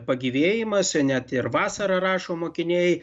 pagyvėjimas net ir vasarą rašo mokiniai